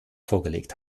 vorgelegt